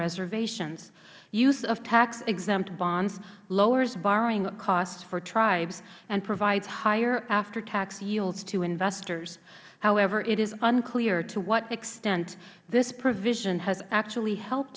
reservations use of taxexempt bonds lowers borrowing costs for tribes and provides higher aftertax yields to investors however it is unclear to what extent this provision has actually helped